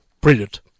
Brilliant